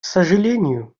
сожалению